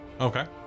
Okay